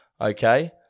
Okay